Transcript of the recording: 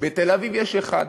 בתל-אביב יש אחד,